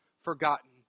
forgotten